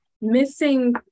missing